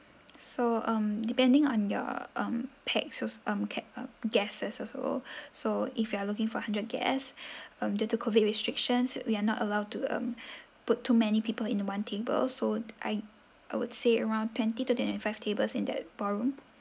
so um depending on your um pax so um ke~ um guests also so if you are looking for hundred guest um due to COVID restrictions we are not allowed to um put too many people in one table so I I would say around twenty to twenty five tables in that ballroom